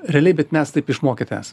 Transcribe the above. realiai bet mes taip išmokyti esam